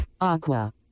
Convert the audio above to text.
Aqua